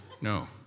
no